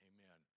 Amen